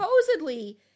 Supposedly